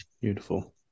Beautiful